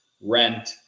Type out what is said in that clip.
rent